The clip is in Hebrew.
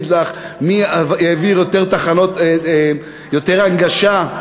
הוא יגיד לך מי העביר יותר תקנות, יותר הנגשה.